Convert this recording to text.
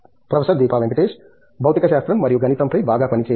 professor Deepa Venkatesh భౌతిక శాస్త్రం మరియు గణితం పై బాగా పని చేయండి